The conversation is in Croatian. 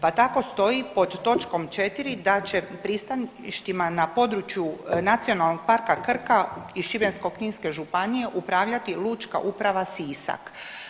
Pa tako stoji pod točkom 4 da će pristaništima na području Nacionalnog parka Krka i Šibensko-Kninske županije upravljati lučka uprava Sisak.